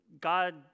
God